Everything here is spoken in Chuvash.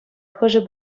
хӑшӗ